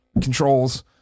controls